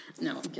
No